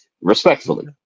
Respectfully